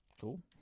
cool